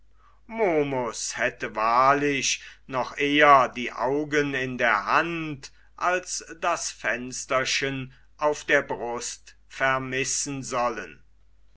momus hätte wahrlich noch eher die augen in der hand als das fensterchen auf der brust vermissen sollen